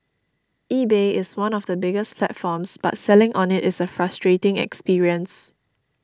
eBay is one of the biggest platforms but selling on it is a frustrating experience